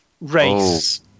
race